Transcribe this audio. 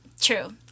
True